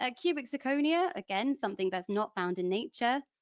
ah cubic zirconia, again something that's not found in nature,